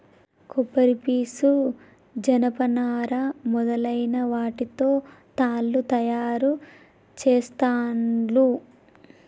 కొబ్బరి పీసు జనప నారా మొదలైన వాటితో తాళ్లు తయారు చేస్తాండ్లు